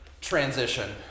transition